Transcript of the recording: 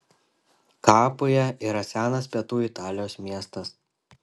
kapuja yra senas pietų italijos miestas